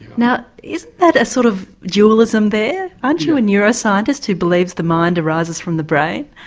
now isn't that a sort of dualism there, aren't you a neuroscientist who believes the mind arises from the brain?